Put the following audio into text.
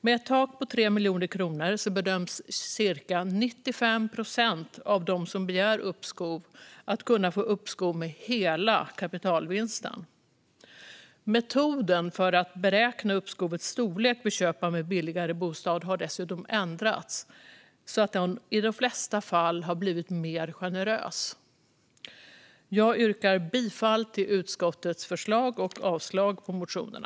Med ett tak på 3 miljoner kronor bedöms ca 95 procent av dem som begär uppskov kunna få uppskov med hela kapitalvinsten. Metoden för att beräkna uppskovets storlek vid köp av en billigare bostad har dessutom ändrats så att den i de flesta fall har blivit mer generös. Jag yrkar bifall till utskottets förslag och avslag på motionerna.